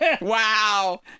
Wow